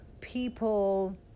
people